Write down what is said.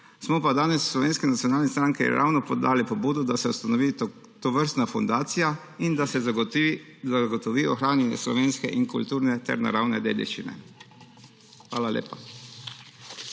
Smo pa danes v Slovenski nacionalni stranki ravno podali pobudo, da se ustanovi tovrstna fundacija in da se zagotovi ohranjanje slovenske kulturne ter naravne dediščine. Hvala lepa.